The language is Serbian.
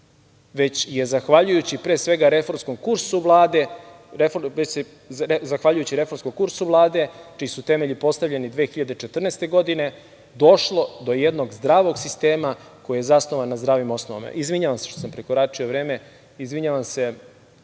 već je zahvaljujući pre svega reformskom kursu Vlade, čiji su temelji postavljeni 2014. godine, došlo do jednog zdravog sistema koji je zasnovan na zdravim osnovama. Izvinjavam se što sam prekoračio vreme. Izvinjavam se